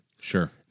Sure